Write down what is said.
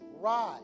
rise